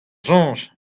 soñj